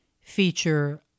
feature